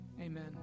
Amen